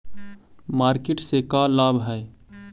Market से का लाभ है?